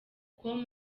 com